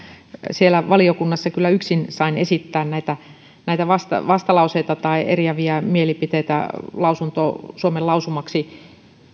siellä valiokunnassa kyllä yksin sain esittää näitä vastalauseita tai eriäviä mielipiteitä suomen lausumaksi